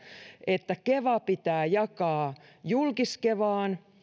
että keva pitää jakaa julkis kevaan